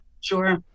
Sure